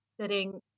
sitting